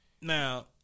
Now